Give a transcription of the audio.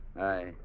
Aye